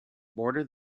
border